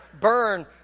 burn